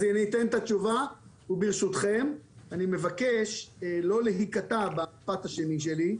אז אני אתן את התשובה וברשותכם אני מבקש לא להיקטע במשפט השני שלי,